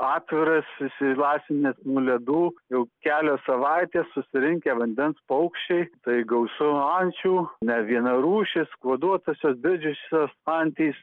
atviras išsilaisvinęs nuo ledų jau kelios savaitės susirinkę vandens paukščiai tai gausu ančių nevienarūšės kuoduotosios didžiosios antys